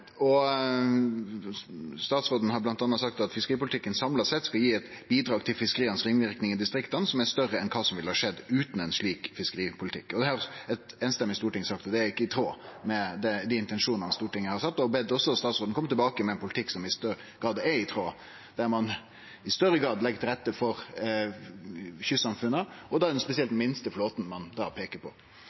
Statsråden har bl.a. sagt at fiskeripolitikken samla sett skal gi eit bidrag til fiskeria sine ringverknader i distrikta som er større enn kva som ville ha skjedd utan ein slik fiskeripolitikk. Eit samrøystes storting har sagt at dette ikkje er i tråd med dei intensjonane Stortinget har hatt, og har bedt statsråden kome tilbake med ein politikk som i større grad er i tråd med det, der ein i større grad legg til rette for kystsamfunna. Det er spesielt den minste flåten ein da peiker på.